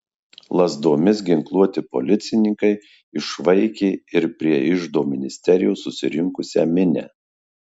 lazdomis ginkluoti policininkai išvaikė ir prie iždo ministerijos susirinksią minią